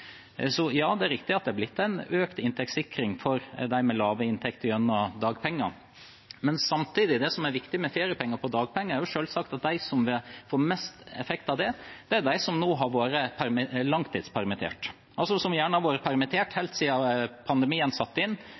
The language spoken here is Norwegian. Ja, det er riktig at det er blitt en økt inntektssikring for dem med lave inntekter gjennom dagpenger. Men samtidig: Det som er viktig med feriepenger på dagpenger, er selvsagt at de som har mest effekt av det, er de som nå har vært langtidspermittert, og som gjerne har vært permittert helt siden pandemien satte inn,